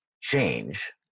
change